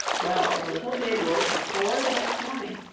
well, the little pig woke at four the next morning,